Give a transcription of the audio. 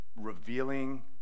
revealing